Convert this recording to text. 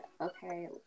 Okay